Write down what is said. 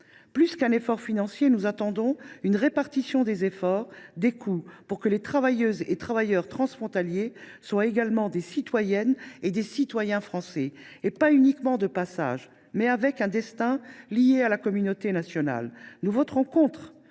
Plus qu’un effort financier, nous attendons une répartition des efforts et des coûts, afin que les travailleuses et travailleurs transfrontaliers soient également des citoyennes et des citoyens français. Et pas des citoyennes et des citoyens uniquement de passage, mais avec un destin lié à la communauté nationale. Nous voterons contre